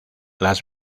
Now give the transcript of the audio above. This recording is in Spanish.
las